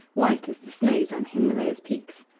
white as the snows on himalaya's peaks,